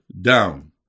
down